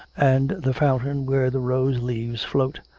and the fountain where the rose-leaves float,